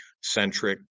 centric